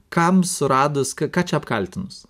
kam suradus ką čia apkaltinus